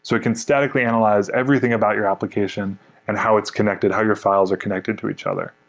so it can statically analyze everything about your application and how it's connected. how your files are connected to each other.